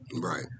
Right